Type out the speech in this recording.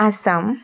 Assam